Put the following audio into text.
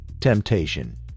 temptation